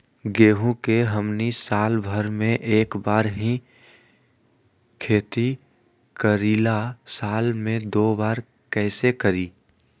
गेंहू के हमनी साल भर मे एक बार ही खेती करीला साल में दो बार कैसे करी?